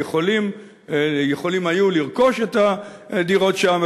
ויכולים היו לרכוש את הדירות שם.